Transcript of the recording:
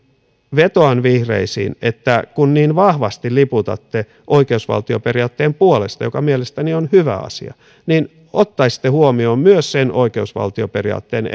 vetoan vihreisiin että kun niin vahvasti liputatte oikeusvaltioperiaatteen puolesta joka mielestäni on hyvä asia niin ottaisitte huomioon myös sen oikeusvaltioperiaatteen